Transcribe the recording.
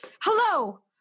hello